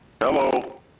Hello